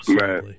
Right